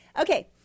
Okay